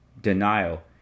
denial